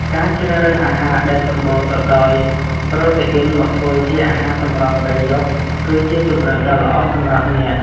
ការជ្រើសរើសអាហារដែលសម្បូរទៅដោយប្រូតេអ៊ីនមកធ្វើជាអាហារសម្រន់ពេលយប់គឺជាជម្រើសដ៏ល្អសម្រាប់អ្នក។